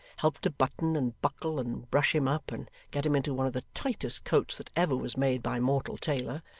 helped to button and buckle and brush him up and get him into one of the tightest coats that ever was made by mortal tailor,